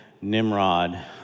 Nimrod